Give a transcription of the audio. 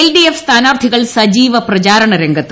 L D F സ്ഥാനാർത്ഥികൾ സജീവ പ്രചാരണ രംഗത്ത്